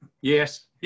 Yes